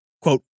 quote